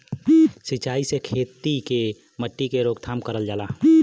सिंचाई से खेती के मट्टी क रोकथाम करल जाला